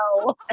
no